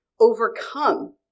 overcome